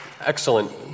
Excellent